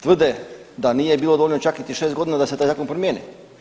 Tvrde da nije bilo dovoljno čak niti 6 godina da se taj zakon promijeni.